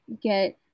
get